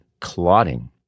clotting